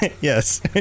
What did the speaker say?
yes